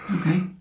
Okay